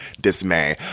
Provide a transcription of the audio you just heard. dismay